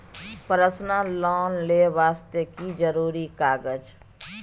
Personal loan ले वास्ते की जरुरी कागज?